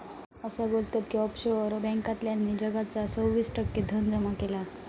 असा बोलतत की ऑफशोअर बॅन्कांतल्यानी जगाचा सव्वीस टक्के धन जमा केला हा